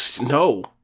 No